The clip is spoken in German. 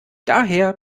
daher